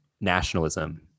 nationalism